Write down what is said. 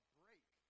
break